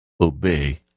obey